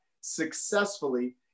successfully